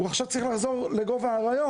הוא עכשיו צריך לחזור לגוב האריות.